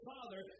Father